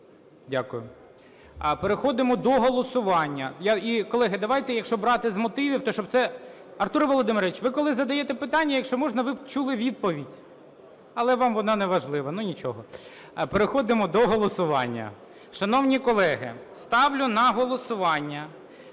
Дякую. Переходимо до голосування.